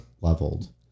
leveled